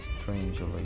strangely